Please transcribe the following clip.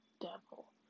devil